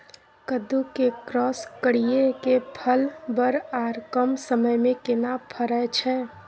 कद्दू के क्रॉस करिये के फल बर आर कम समय में केना फरय छै?